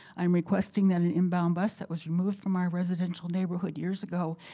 i'm requesting that an inbound bus that was removed from our residential neighborhood years ago,